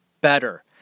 better